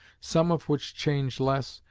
some of which change less,